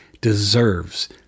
deserves